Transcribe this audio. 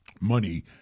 money